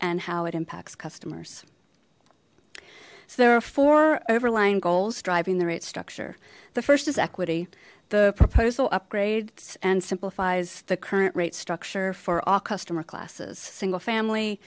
and how it impacts customers so there are four overlying goals driving the rate structure the first is equity the proposal upgrades and simplifies the current rate structure for all customer classes single